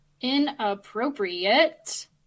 Inappropriate